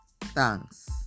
thanks